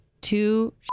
two